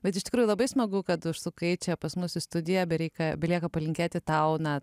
bet iš tikrųjų labai smagu kad užsukai čia pas mus į studiją bereika belieka palinkėti tau na